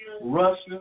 Russia